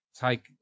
take